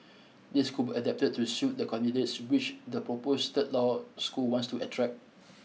these could be adapted to suit the candidates which the proposed third law school wants to attract